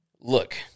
Look